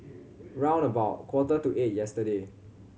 round about quarter to eight yesterday